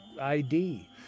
ID